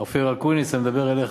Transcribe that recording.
אופיר אקוניס, אני מדבר אליך